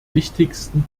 wichtigsten